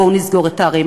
בואו נסגור את הערים,